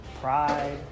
pride